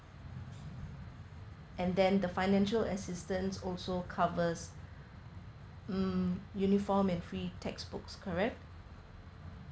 and then the financial assistance also covers hmm uniform and free textbooks correct